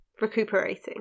recuperating